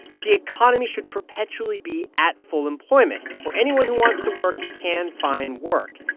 that the economy should perpetually be at full employment, where anyone who wants to work can find work.